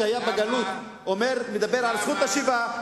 שבגלות היה מדבר על זכות השיבה,